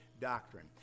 doctrine